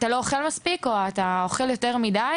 או שאתה לא אוכל מספיק או שאתה אוכל יותר מידי,